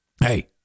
Hey